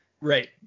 Right